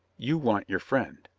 you want your friend.